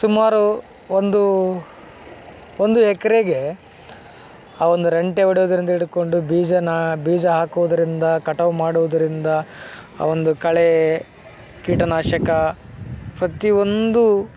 ಸುಮಾರು ಒಂದು ಒಂದು ಎಕ್ರೆಗೆ ಆ ಒಂದು ರೆಂಟೆ ಹೊಡೆಯುದರಿಂದ ಹಿಡ್ಕೊಂಡು ಬೀಜನ ಬೀಜ ಹಾಕೂದರಿಂದ ಕಟಾವು ಮಾಡುವುದರಿಂದ ಆ ಒಂದು ಕಳೆ ಕೀಟನಾಶಕ ಪ್ರತಿ ಒಂದು